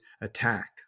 attack